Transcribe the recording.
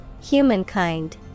Humankind